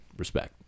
respect